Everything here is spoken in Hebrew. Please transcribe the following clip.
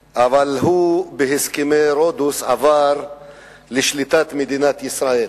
הוא, בהסכמי רודוס עבר לשליטת מדינת ישראל.